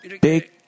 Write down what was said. big